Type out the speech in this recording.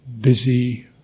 Busy